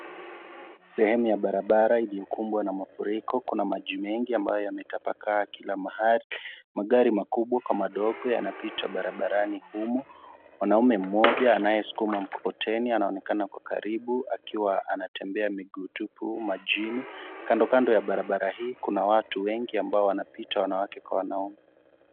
Sehemu ya barabara iliyokumbwa na mafuriko kuna maji mengi ambayo yametapakaa kila mahali magari makubwa kwa madogo yanapita barabarani humu, mwanaume mmoja anayeskuma mkokoteni anaonekana kwa karibu akiwa anatembea miguu tupu majini kando kando ya barabara hii kuna watu wengi ambao wanapita wanawake kwa wanaume.